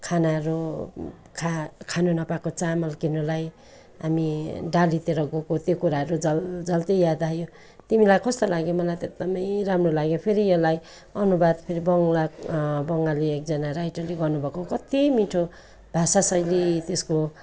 खानाहरू खा खान नपाएको चामल किन्नलाई हामी डालीतिर गएको त्यो कुराहरू झल् झल्ती याद आयो तिमीलाई कस्तो लाग्यो मलाई त एकदमै राम्रो लाग्यो फेरि यसलाई अनुवाद फेरि बङ्ग्ला बङ्गाली एकजाना राइटरले गर्नुभएको कत्ति मिठो भाषाशैली त्यसको